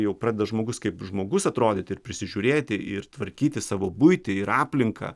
jau pradeda žmogus kaip žmogus atrodyti ir prisižiūrėti ir tvarkyti savo buitį ir aplinką